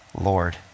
Lord